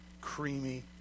creamy